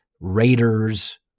Raiders